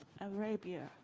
Arabia